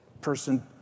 person